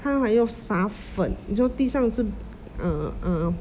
他还要撒粉有时候地上是 err err